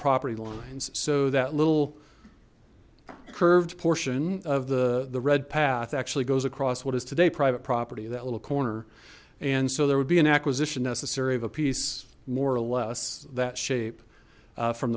property lines so that little curved portion of the the red path actually goes across what is today private property that little corner and so there would be an acquisition necessary of a piece more or less that shape from